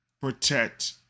protect